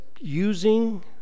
Using